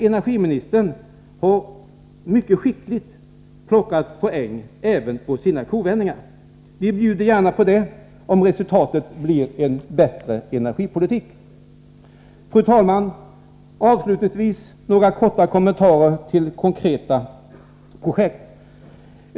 Energiministern har mycket skickligt plockat poäng på sina kovändningar. Vi bjuder gärna på det, om resultatet blir en bättre energipolitik. Fru talman! Avslutningsvis några korta kommentarer till konkreta projekt.